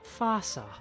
FASA